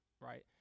Right